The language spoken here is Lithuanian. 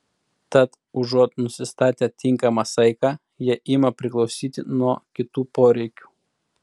tad užuot nusistatę tinkamą saiką jie ima priklausyti nuo kitų poreikių